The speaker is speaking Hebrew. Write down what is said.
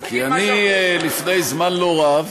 כי אני, לפני זמן לא רב